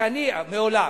מעולם,